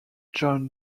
john